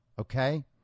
okay